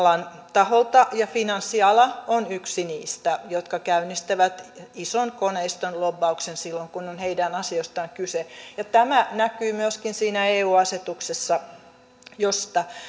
taholta finanssiala on yksi niistä jotka käynnistävät ison koneiston lobbauksen silloin kun on heidän asioistaan kyse ja tämä näkyy myöskin siinä eu asetuksessa josta